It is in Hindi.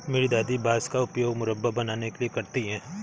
मेरी दादी बांस का उपयोग मुरब्बा बनाने के लिए करती हैं